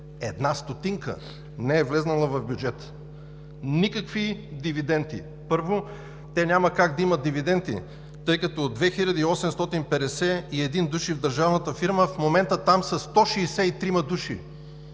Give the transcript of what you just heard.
Една стотинка не е влязла в бюджета! Никакви дивиденти! Първо, те няма как да имат дивиденти, тъй като от 2851 души в държавната фирма в момента там са 163 души